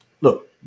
look